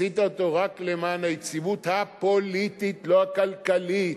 עשית אותו רק למען היציבות הפוליטית ולא הכלכלית,